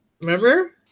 Remember